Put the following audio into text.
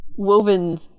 Woven